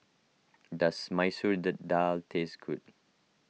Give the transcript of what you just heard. does Masoor Dal taste good